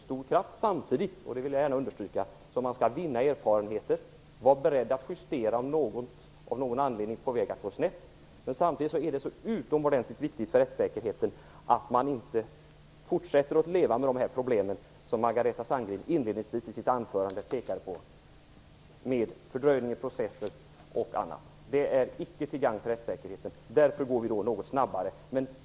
Samtidigt skall man skaffa sig erfarenheter och vara beredd att göra justeringar om något är på väg att gå snett. Det är samtidigt mycket viktigt för rättssäkerheten att vi inte fortsätter att leva med de problem som Margareta Sandgren inledningsvis pekade på. Fördröjningar i processen är icke till gagn för rättssäkerheten.